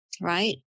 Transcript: right